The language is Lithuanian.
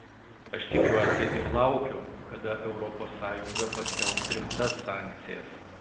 aš tikiuosi ir laukiu kada europos sąjunga paskelbs rimtas sankcijas